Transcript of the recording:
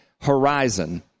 horizon